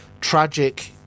tragic